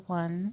one